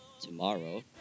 tomorrow